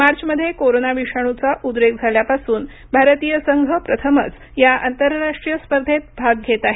मार्चमध्ये कोरोना विषाणूचा उद्रेक झाल्यापासून भारतीय संघ प्रथमच या आंतरराष्ट्रीय स्पर्धेत भाग घेत आहे